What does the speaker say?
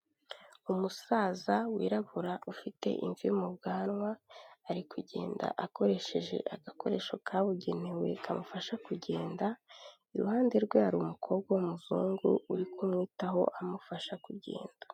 Umusaza wirabura ufite imvi mu bwanwa, ari kugenda akoresheje agakoresho kabugenewe kamufasha kugenda, iruhande rwe hari umukobwa w'umuzungu uri kumwitaho amufasha kugenda.